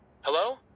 Hello